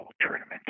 tournament